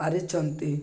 ପାରିଛନ୍ତି